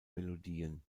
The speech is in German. melodien